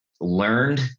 learned